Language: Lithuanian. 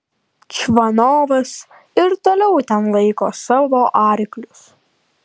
čvanovas ir toliau ten laiko savo arklius